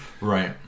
Right